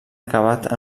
acabat